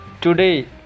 today